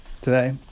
Today